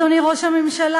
אדוני ראש הממשלה,